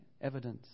evidence